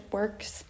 works